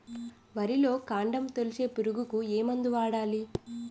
వరిలో కాండము తొలిచే పురుగుకు ఏ మందు వాడాలి?